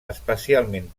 especialment